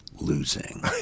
losing